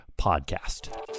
podcast